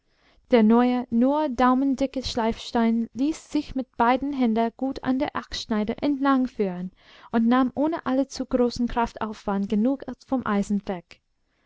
der neue nur daumendicke schleifstein ließ sich mit beiden händen gut an der axtschneide entlangführen und nahm ohne allzu großen kraftaufwand genug vom